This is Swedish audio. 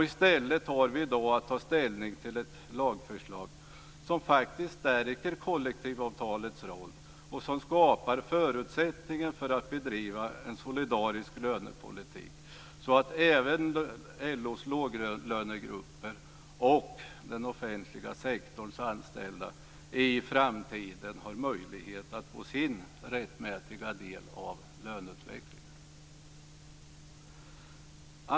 I stället har vi i dag att ta ställning till ett lagförslag som faktiskt stärker kollektivavtalets roll och som skapar förutsättningar att bedriva en solidarisk lönepolitik så att även LO:s låglönegrupper och den offentliga sektorns anställda i framtiden har möjlighet att få sin rättmätiga del av löneutvecklingen.